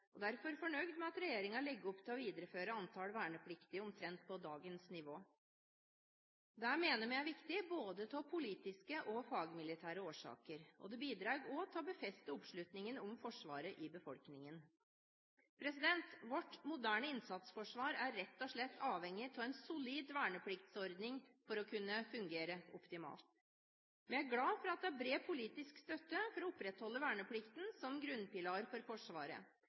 er derfor fornøyd med at regjeringen legger opp til å videreføre antall vernepliktige omtrent på dagens nivå. Det mener vi er viktig, både av politiske og fagmilitære årsaker. Det bidrar også til å befeste oppslutningen om Forsvaret i befolkningen. Vårt moderne innsatsforsvar er rett og slett avhengig av en solid vernepliktsordning for å kunne fungere optimalt. Vi er glad for at det er bred politisk støtte for å opprettholde verneplikten som grunnpilar for Forsvaret,